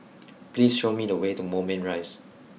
please show me the way to Moulmein Rise